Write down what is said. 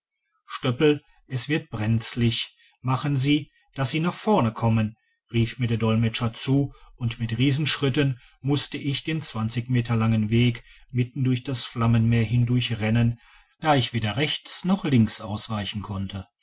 stöpel es wird brenzlich machen sie däss sie nach vorne kommen rief mir der dolmetscher zu und mit riesenschritten musste ich den zwanzig meter langen weg mitten durch das flammenmeer hindurch rennen da ich weder rechts noch links ausweichen konnte